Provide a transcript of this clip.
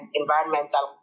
environmental